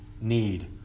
need